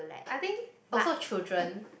I think also children